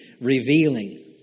revealing